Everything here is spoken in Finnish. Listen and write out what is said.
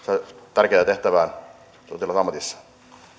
tärkeätä tehtävää sotilasammatissa